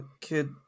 kid